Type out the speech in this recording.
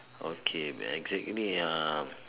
okay but exactly um